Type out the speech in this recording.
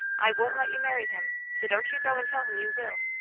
i won't let you marry him so don't you go and tell him you will.